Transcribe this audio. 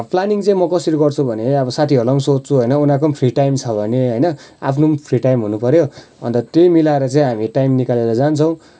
planning चाहिँ म कसरी गर्छु भने अब साथीहरूलाई पनि सोध्छु होइन उनीहरूको पनि फ्री टाइम छ भने होइन आफ्नो पनि फ्री टाइम हुनु पऱ्यो अन्त त्यही मिलाएर चाहिँ हामी टाइम निकालेर जान्छौँ